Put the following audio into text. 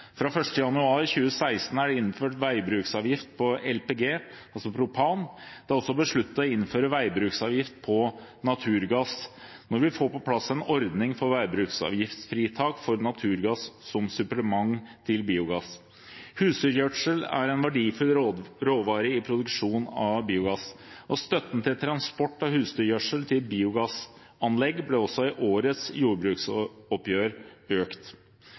Fra 1. januar 2016 er det innført veibruksavgift på LPG, altså propan. Det er også besluttet å innføre veibruksavgift på naturgass når vi får på plass en ordning for veibruksavgiftsfritak for naturgass som supplement til biogass. Husdyrgjødsel er en verdifull råvare i produksjonen av biogass, og støtten til transport av husdyrgjødsel til biogassanlegg ble også i årets jordbruksoppgjør økt.